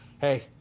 Hey